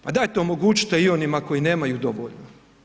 Pa dajte i omogućite i onima koji nemaju dovoljno.